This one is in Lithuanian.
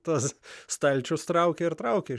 tas stalčius traukia ir traukia